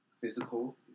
physical